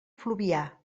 fluvià